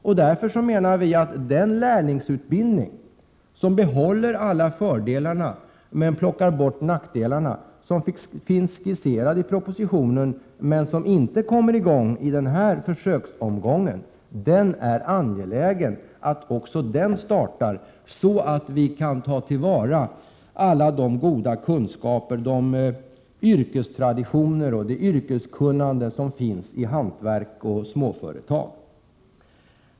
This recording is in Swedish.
Därför menar vi att det är angeläget att den lärlingsutbildning, med bibehållande av alla fördelar och borttagande av nackdelarna, som finns skisserad i propositionen men som inte kommer i gång i den här försöksomgången startar, så att vi kan ta till vara alla de goda kunskaper och yrkestraditioner och det yrkeskunnande som finns inom hantverksoch småföretag.